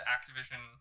Activision